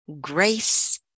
grace